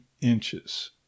inches